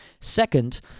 Second